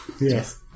Yes